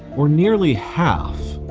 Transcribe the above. or nearly half.